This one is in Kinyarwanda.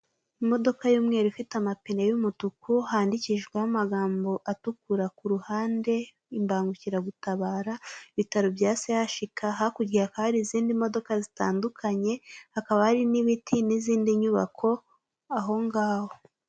Imodoka y'umweru ifite amapine y'umutuku handikishijweho amagambo atukura kuruhande, imbangukiraragutabara ibitaro bya CHUK hakurya hakaba hari izindi modoka zitandukanye hakaba hari n'ibiti n'izindi nyubako aho ngaho.